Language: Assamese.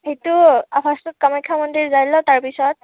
সেইটো ফাৰ্ষ্টত কামাখ্যা মন্দিৰ যাই লওঁ তাৰ পিছত